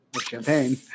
Champagne